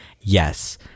yes